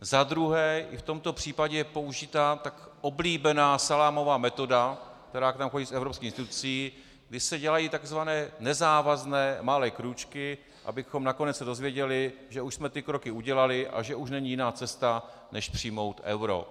Za druhé, i v tomto případě je použita tak oblíbená salámová metoda, která k nám chodí z evropských institucí, kdy se dělají takzvané nezávazné, malé krůčky, abychom nakonec se dozvěděli, že už jsme ty kroky udělali a že už není jiná cesta, než přijmout euro.